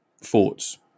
Thoughts